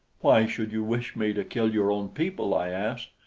why should you wish me to kill your own people? i asked.